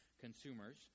consumers